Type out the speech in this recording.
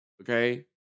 okay